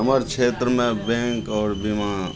हमर क्षेत्रमे बैँक आओर बीमा